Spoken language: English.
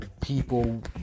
people